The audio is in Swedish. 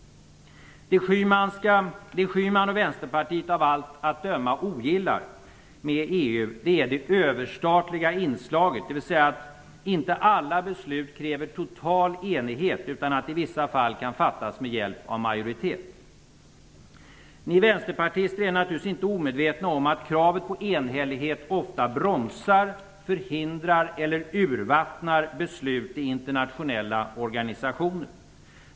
Det Gudrun Schyman och Vänsterpartiet av allt att döma ogillar hos EU är det överstatliga inslaget, dvs. att inte alla beslut kräver total enighet utan att vissa beslut kan fattas av en majoritet. Ni vänsterpartister är naturligtvis inte omedvetna om att kravet på enhällighet ofta bromsar, förhindrar eller urvattnar beslut i internationella organisationer.